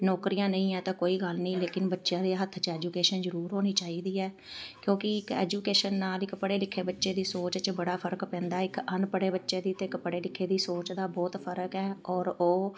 ਨੌਕਰੀਆਂ ਨਹੀਂ ਹੈ ਤਾਂ ਕੋਈ ਗੱਲ ਨਹੀਂ ਲੇਕਿਨ ਬੱਚਿਆਂ ਦੇ ਹੱਥ 'ਚ ਐਜੂਕੇਸ਼ਨ ਜ਼ਰੂਰ ਹੋਣੀ ਚਾਹੀਦੀ ਹੈ ਕਿਉਂਕਿ ਇੱਕ ਐਜੂਕੇਸ਼ਨ ਨਾਲ ਇੱਕ ਪੜ੍ਹੇ ਲਿਖੇ ਬੱਚੇ ਦੀ ਸੋਚ 'ਚ ਬੜਾ ਫਰਕ ਪੈਂਦਾ ਇੱਕ ਅਨਪੜ੍ਹ ਬੱਚੇ ਦੀ ਅਤੇ ਇੱਕ ਪੜ੍ਹੇ ਲਿਖੇ ਦੀ ਸੋਚ ਦਾ ਬਹੁਤ ਫਰਕ ਹੈ ਔਰ ਉਹ